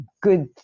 good